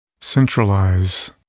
Centralize